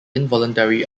involuntary